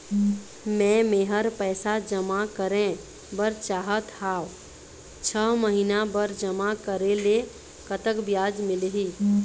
मे मेहर पैसा जमा करें बर चाहत हाव, छह महिना बर जमा करे ले कतक ब्याज मिलही?